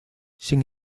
sin